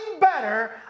better